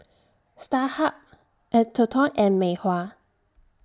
Starhub Atherton and Mei Hua